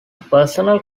personal